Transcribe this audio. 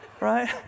Right